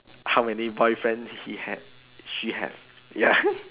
how many boyfriend he had she had ya